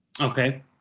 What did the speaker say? Okay